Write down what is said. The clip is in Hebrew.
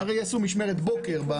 הרי יעשו משמרת בוקר.